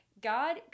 God